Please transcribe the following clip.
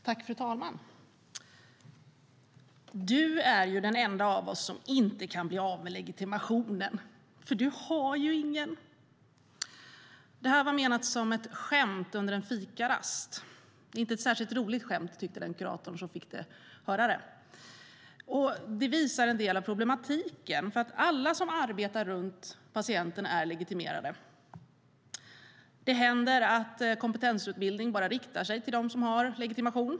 Fru talman! "Du är ju den enda av oss som inte kan bli av med legitimationen, för du har ju ingen." Det var menat som ett skämt under en fikarast, men det var inte ett särskilt roligt skämt, tyckte den kurator som fick höra det. Det visar på en del av problematiken eftersom alla andra som arbetar runt patienten är legitimerade. Det händer att kompetensutbildning endast riktar sig till legitimerad personal.